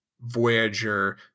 Voyager